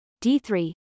D3